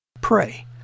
Pray